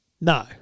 No